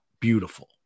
beautiful